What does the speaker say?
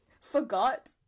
forgot